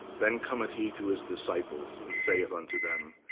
then cometh he to his disciples and sayeth unto them,